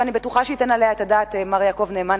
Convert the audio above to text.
ואני בטוחה שייתן עליה את הדעת מר יעקב נאמן,